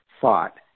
thought